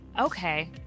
okay